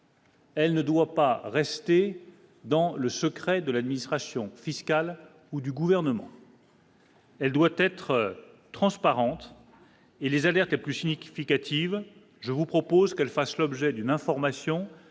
Elle ne doit pas rester dans le secret de l'administration fiscale ou du gouvernement. Elle doit être transparente et les alertes plus cynique flic hâtive, je vous propose qu'elle fasse l'objet d'une information